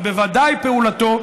אבל בוודאי פעולתו,